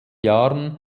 jahren